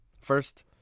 First